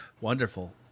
Wonderful